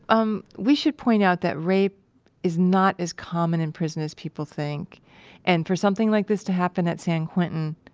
um, we should point out that rape is not as common in prison as people think and for something like that to happen at san quentin.